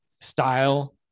style